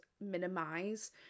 minimize